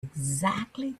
exactly